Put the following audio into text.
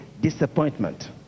disappointment